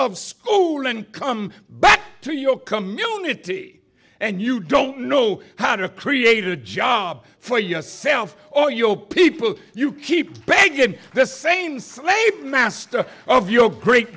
of school and come back to your community and you don't know how to create a job for yourself or your people you keep begging the same slave master of your great